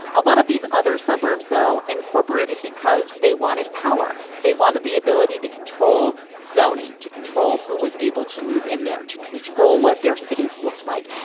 a lot of these other suburbs, though, incorporated because they wanted power. they wanted the ability to control zoning, to control who was able to move in there, to control what their cities looked like.